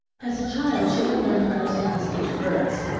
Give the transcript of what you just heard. as a child she had learned to understand the speech of birds,